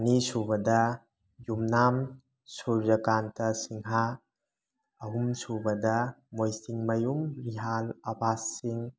ꯑꯅꯤꯁꯨꯕꯗ ꯌꯨꯝꯅꯥꯝ ꯁꯨꯔꯖꯀꯥꯟꯇ ꯁꯤꯡꯍꯥ ꯑꯍꯨꯝꯁꯨꯕꯗ ꯃꯣꯏꯆꯤꯡꯃꯌꯨꯝ ꯔꯤꯍꯥꯜ ꯑꯕꯥꯁ ꯁꯤꯡ